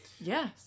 Yes